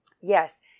yes